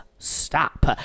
stop